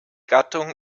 gattung